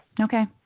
Okay